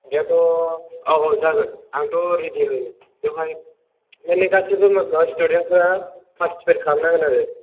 बेयावथ' औ औ जागोन आंथ' रेडि होनो बेयावहाय ओमफ्राय नै गासैबो माबा स्टुडेन्टफोरा पार्टिसिपेट खालामनांगोन आरो